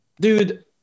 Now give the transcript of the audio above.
dude